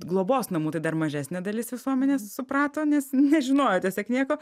globos namų tai dar mažesnė dalis visuomenės suprato nes nežinojo tiesiog nieko